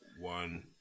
one